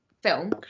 film